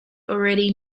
already